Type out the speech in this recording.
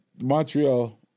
Montreal